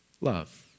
Love